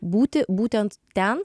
būti būtent ten